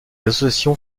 associations